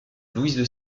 louise